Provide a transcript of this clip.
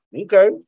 Okay